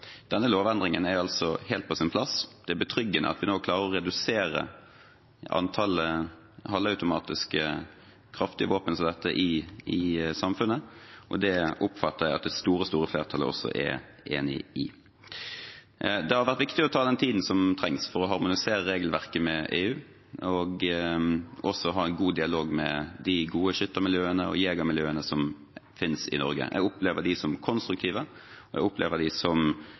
Denne lovendringen er altså helt på sin plass. Det er betryggende at vi nå klarer å redusere antall halvautomatiske, kraftige våpen som dette i samfunnet, og det oppfatter jeg at det store flertallet også er enig i. Det har vært viktig å ta den tiden som trengtes for å harmonisere regelverket med EU, og også å ha en god dialog med de gode skytter- og jegermiljøene som finnes i Norge. Jeg har opplevd dem som konstruktive og samarbeidsvillige i hele prosessen, så også en takk til dem. Jeg